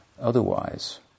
otherwise